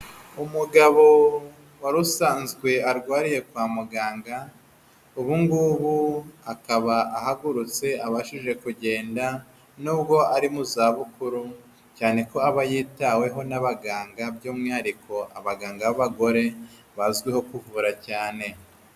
Umugabo wari usanzwe arwariye kwa muganga, ubu ngubu akaba ahagurutse abashije kugenda, nubwo ari mu zabukuru, cyane ko aba yitaweho n'abaganga by'umwihariko abaganga b'abagore, bazwiho kuvura cyane.